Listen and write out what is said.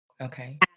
Okay